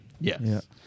Yes